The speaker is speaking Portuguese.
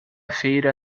feira